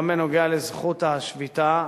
גם על זכות השביתה.